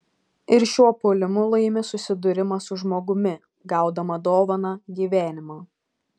ir šiuo puolimu laimi susidūrimą su žmogumi gaudama dovaną gyvenimą